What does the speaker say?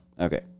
Okay